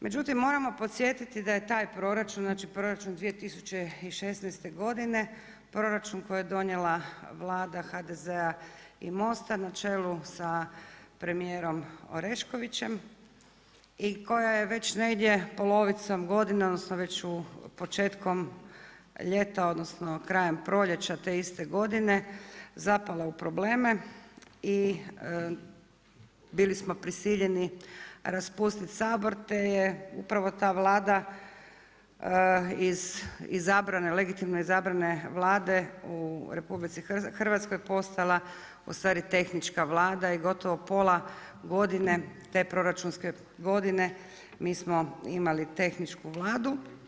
Međutim, moramo podsjetiti da je taj proračun, znači proračun 2016. godine, proračun koji je donijela Vlada HDZ-a i MOST-a na čelu sa premijerom Oreškovićem i koja je već negdje polovicom godine, odnosno već početkom ljeta odnosno krajem proljeća te iste godine zapala u probleme i bili smo prisiljeni raspustiti Sabor te je upravo ta Vlada izabrana, iz legitimno izbrane Vlade u RH, postala ustvari tehnička Vlada i gotovo pola godine, te proračunske godine mi smo imali tehničku Vladu.